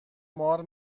مار